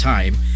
time